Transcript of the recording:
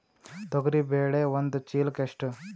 ತೊಗರಿ ಬೇಳೆ ಒಂದು ಚೀಲಕ ಎಷ್ಟು?